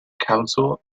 council